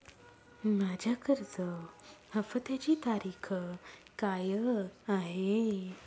माझ्या कर्ज हफ्त्याची तारीख काय आहे?